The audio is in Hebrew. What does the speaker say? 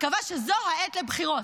קבע שזו העת לבחירות,